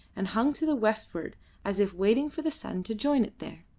and hung to the westward as if waiting for the sun to join it there.